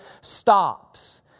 stops